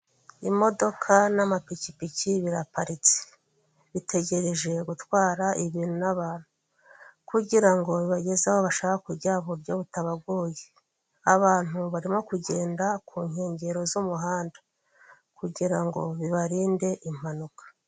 Imodoka n'amapikipiki biraparitse. Bitegereje gutwara ibintu n'abantu. Kugirango bibageze aho bashaka kujya mu buryo butabagoye. Abantu barimo kugenda ku nkengero z'umuhanda, kugira ngo bibarinde impanuka.